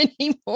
anymore